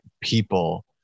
people